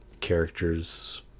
characters